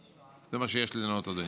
זה מה שיש לי לענות, אדוני.